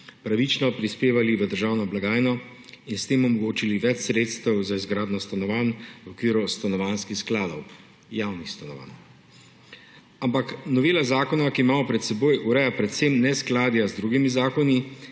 pravično prispevali v državno blagajno in s tem omogočili več sredstev za izgradnjo stanovanj v okviru stanovanjskih skladov – javnih stanovanj. Ampak novela zakona, ki jo imamo pred seboj, ureja predvsem neskladja z drugimi zakoni,